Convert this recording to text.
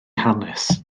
hanes